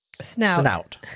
Snout